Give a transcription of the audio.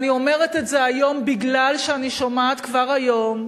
אני אומרת את זה היום בגלל שאני שומעת כבר היום